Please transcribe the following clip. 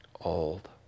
old